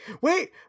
wait